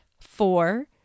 four